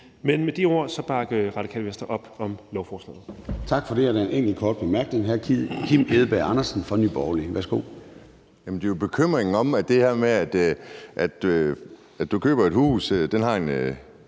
Men med de ord bakker Radikale Venstre op om lovforslaget.